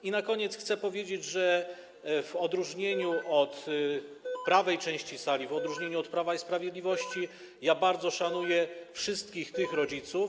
I na koniec chcę powiedzieć, że w odróżnieniu od prawej części sali, w odróżnieniu od Prawa i Sprawiedliwości, ja bardzo szanuję wszystkich tych rodziców,